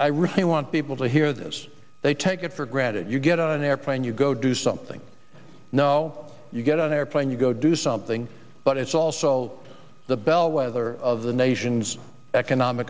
i really want people to hear this they take it for granted you get on an airplane you go do something no you get an airplane you go do something but it's also the bellwether of the nation's economic